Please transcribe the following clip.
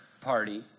party